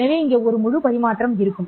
எனவே இங்கே ஒரு முழு பரிமாற்றம் இருக்கும்